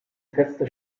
feste